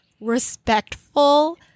respectful